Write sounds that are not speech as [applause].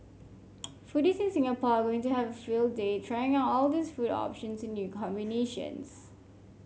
[noise] foodies in Singapore are going to have a field day trying out all these food options in new combinations